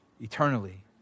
eternally